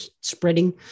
spreading